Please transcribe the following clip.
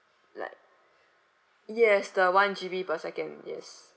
lite yes the one G_B per second yes